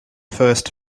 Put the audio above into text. first